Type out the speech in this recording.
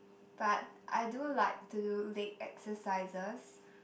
but I do like to do leg exercises